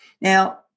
Now